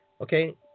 Okay